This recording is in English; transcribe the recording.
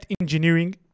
Engineering